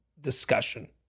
discussion